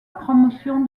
promotion